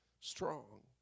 strong